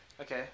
Okay